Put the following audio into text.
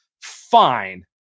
fine